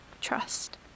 trust